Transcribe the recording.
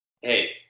hey